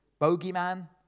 Bogeyman